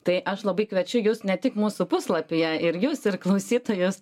tai aš labai kviečiu jus ne tik mūsų puslapyje ir jus ir klausytojus